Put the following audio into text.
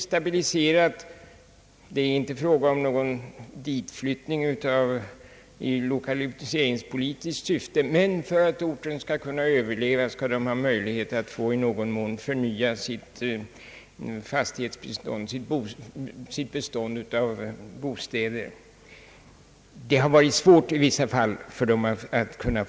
Det behöver inte vara fråga om någon ditflyttning i lokaliseringspolitiskt syfte, men för att orten skall kunna överleva bör man ha möjlighet att i någon mån förnya sitt bestånd av bostäder, vilket i vissa fall har varit svårt.